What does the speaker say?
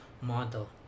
model